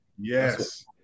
Yes